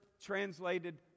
translated